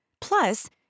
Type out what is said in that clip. Plus